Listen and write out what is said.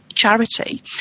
charity